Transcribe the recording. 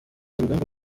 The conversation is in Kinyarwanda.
urugamba